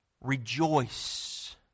Rejoice